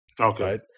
Okay